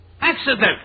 Accidental